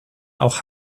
auch